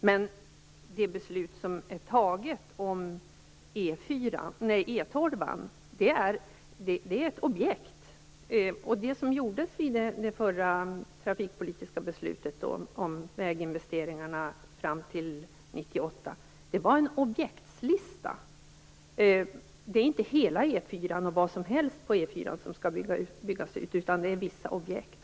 Men det beslut som är fattat om E 12:an är ett objekt, och det som gjordes vid det förra trafikpolitiska beslutet om väginvesteringarna fram till 1998 var en objektslista. Det är inte hela E 4:an och vad som helst på E 4:an som skall byggas ut, utan det är vissa objekt.